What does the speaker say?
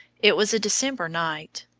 it was a december night.